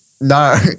No